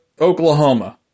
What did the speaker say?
Oklahoma